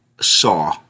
saw